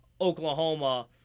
Oklahoma